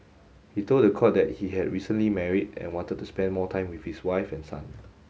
he told the court that he had recently married and wanted to spend more time with his wife and son